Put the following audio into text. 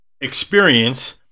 experience